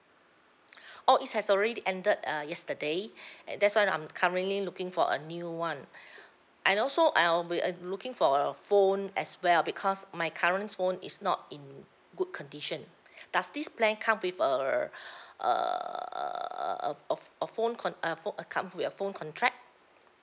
oh it has already ended uh yesterday uh that's why I'm currently looking for a new one and also I'll be uh looking for a phone as well because my current phone is not in good condition does this plan come with err err err a a ph~ a phone con~ a pho~ uh come with a phone contract